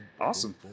Awesome